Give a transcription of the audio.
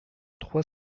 trois